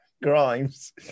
Grimes